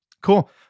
Cool